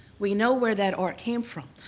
we know where that art came from.